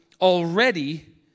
already